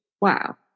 Wow